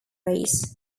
race